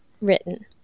written